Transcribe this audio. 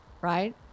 right